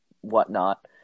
whatnot